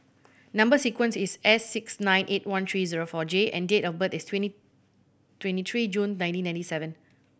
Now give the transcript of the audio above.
number sequence is S six nine eight one three zero four J and date of birth is twenty twenty three June nineteen ninety seven